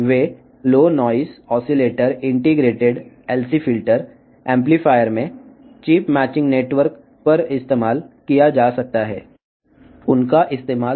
తక్కువ నాయిస్ ఆసిలేటర్లలో integrated LC ఫిల్టర్లలో యాంప్లిఫైయర్లలో చిప్ మ్యాచింగ్ నెట్వర్క్ల లో వీటిని ఉపయోగించవచ్చు